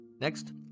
Next